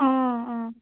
অঁ অঁ